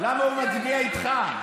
למה הוא מצביע איתך.